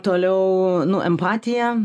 toliau nu empatija